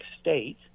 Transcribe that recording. state